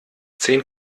zehn